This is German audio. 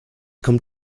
kommt